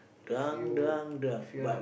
drunk drunk drunk but